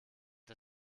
der